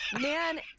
man